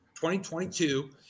2022